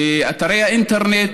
באתרי האינטרנט,